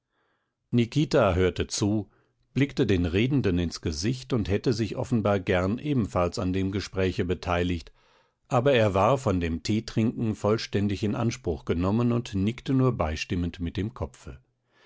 nikita hörte zu blickte den redenden ins gesicht und hätte sich offenbar gern ebenfalls an dem gespräche beteiligt aber er war von dem teetrinken vollständig in anspruch genommen und nickte nur beistimmend mit dem kopfe